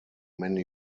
many